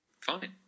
Fine